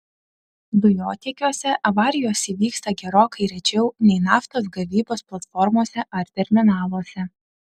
dujotiekiuose avarijos įvyksta gerokai rečiau nei naftos gavybos platformose ar terminaluose